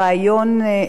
של,